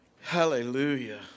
Hallelujah